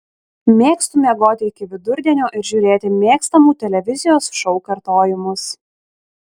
mėgstu miegoti iki vidurdienio ir žiūrėti mėgstamų televizijos šou kartojimus